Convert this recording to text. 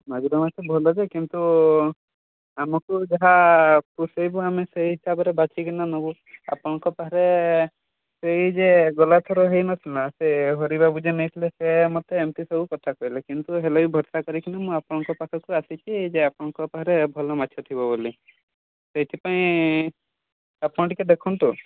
ମାଗୁର ମାଛ ଭଲ ଯେ କିନ୍ତୁ ଆମକୁ ଯାହା ପୋଷେଇବ ଆମେ ସେହି ହିସାବରେ ବାଛିକିନା ନେବୁ ଆପଣଙ୍କ ପାଖରେ ସେଇ ଯେ ଗଲା ଥର ସେ ହରିବାବୁ ଯିଏ ନେଇଥିଲେ ସେ ମୋତେ ଏମିତି ସବୁ କଥା କହିଲେ କିନ୍ତୁ ହେଲେ ବି ଭରଷା କରିକି ମୁଁ ଆପଣଙ୍କ ପାଖକୁ ଆସିଛି ଯେ ଆପଣଙ୍କ ପାଖରେ ଭଲ ମାଛ ଥିବ ବୋଲି ସେଇଥିପାଇଁ ଆପଣ ଟିକିଏ ଦେଖନ୍ତୁ